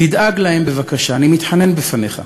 תדאג להם בבקשה, אני מתחנן בפניך.